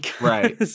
Right